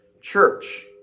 church